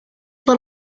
por